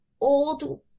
old